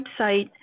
website